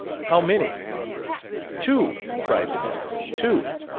how many two! cried the nymphs. two!